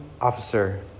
officer